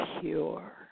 pure